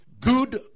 good